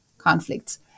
Conflicts